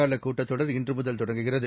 காலகூட்டத்தொடர் இன்றுமுதல் தொடங்குகிறது